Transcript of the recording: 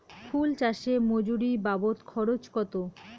ফুল চাষে মজুরি বাবদ খরচ কত?